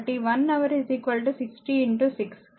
కాబట్టి 1 హవర్ 60 6